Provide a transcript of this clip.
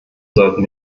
sollten